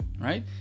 right